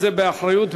באחריות,